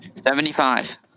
Seventy-five